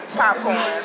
popcorn